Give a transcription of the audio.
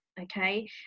Okay